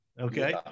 Okay